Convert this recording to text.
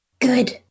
good